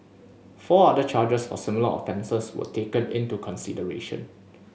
four other charges for similar offences were taken into consideration